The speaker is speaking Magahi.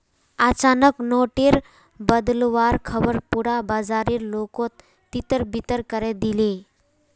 अचानक नोट टेर बदलुवार ख़बर पुरा बाजारेर लोकोत तितर बितर करे दिलए